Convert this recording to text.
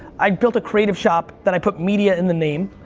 i built a creative shop that i put media in the name.